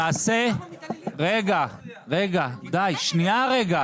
כל אחוז נכות